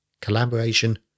collaboration